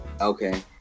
Okay